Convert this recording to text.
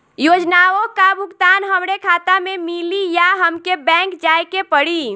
योजनाओ का भुगतान हमरे खाता में मिली या हमके बैंक जाये के पड़ी?